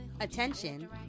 Attention